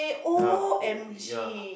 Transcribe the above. ya lah oh ya